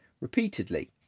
repeatedly